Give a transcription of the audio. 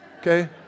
okay